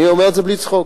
אני אומר את זה בלי צחוק.